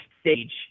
stage